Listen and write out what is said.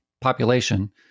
population